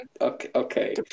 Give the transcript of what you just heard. Okay